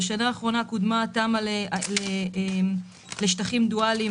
בשנה האחרונה קודמה תמ"א לשטחים דואליים,